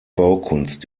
baukunst